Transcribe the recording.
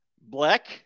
black